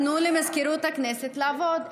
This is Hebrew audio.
תנו למזכירות הכנסת לעבוד,